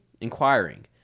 inquiring